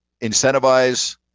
incentivize